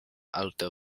alto